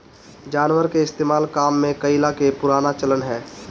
जानवर के इस्तेमाल काम में कइला के पुराना चलन हअ